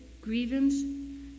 grievance